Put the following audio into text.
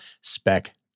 spec